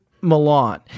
Milan